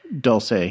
Dulce